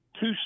two